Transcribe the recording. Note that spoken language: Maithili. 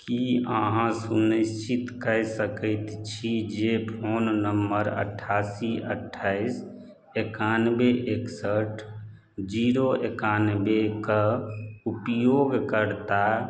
की अहाँ सुनिश्चित कय सकैत छी जे फोन नंबर अठासी अट्ठाइस एकानबे एकसठ जीरो एकानबे कऽ उपयोगकर्ता